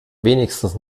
wenigstens